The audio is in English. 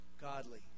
godly